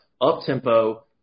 up-tempo